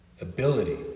ability